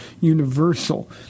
universal